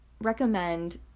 recommend